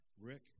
Rick